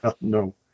no